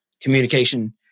communication